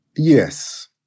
Yes